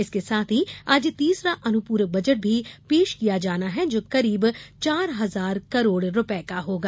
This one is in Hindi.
इसके साथ ही आज तीसरा अनुपूरक बजट भी पेश किया जाना है जो करीब चार हजार करोड़ रूपये का होगा